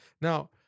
Now